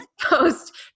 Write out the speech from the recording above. post